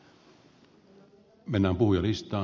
arvoisa puhemies